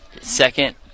second